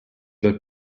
their